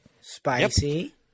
spicy